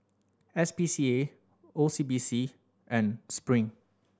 S P C A O C B C and Spring